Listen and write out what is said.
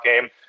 game